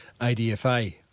ADFA